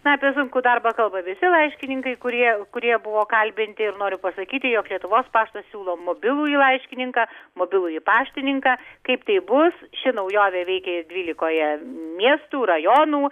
na apie sunkų darbą kalba visi laiškininkai kurie kurie buvo kalbinti ir noriu pasakyti jog lietuvos paštas siūlo mobilųjį laiškininką mobilųjį paštininką kaip tai bus ši naujovė veikia ir dvylikoje miestų rajonų